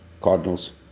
cardinals